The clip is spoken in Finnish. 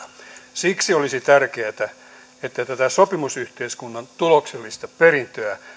siksi olisi tärkeätä että tätä sopimusyhteiskunnan tuloksellista perintöä